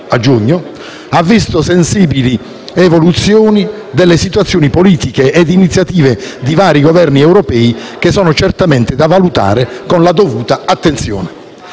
a giugno, ha visto sensibili evoluzioni nelle situazioni politiche e iniziative di vari Governi europei, che sono certamente da valutare con la dovuta attenzione.